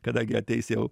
kada gi ateis jau